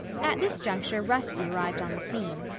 at this juncture rusty arrived on the scene.